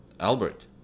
Albert